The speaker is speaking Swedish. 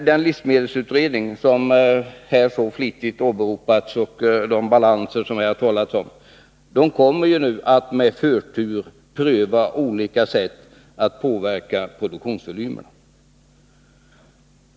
Den livsmedelsutredning som Onsdagen den härså flitigt har åberopats och de balanser som det här har talats om kommer 23 mars 1983 nu att med förtur pröva olika sätt att påverka produktionsvolymen.